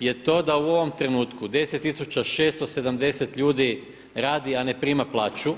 je to da u ovom trenutku 10670 ljudi radi a ne prima plaću.